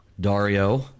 Dario